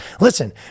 Listen